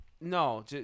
no